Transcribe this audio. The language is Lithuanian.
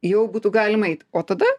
jau būtų galima eit o tada